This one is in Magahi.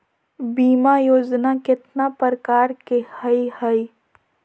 बीमा योजना केतना प्रकार के हई हई?